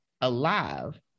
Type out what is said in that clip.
alive